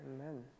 Amen